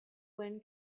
when